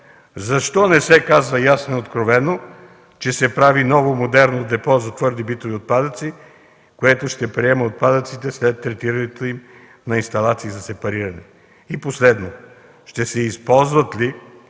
Защо не се казва ясно и откровено, че се прави ново модерно депо за твърди битови отпадъци, което ще приема отпадъците след третирането им от инсталации за сепариране? И последно, ще се използват ли